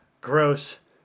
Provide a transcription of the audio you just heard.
gross